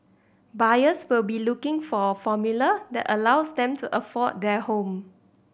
buyers will be looking for a formula that allows them to afford their home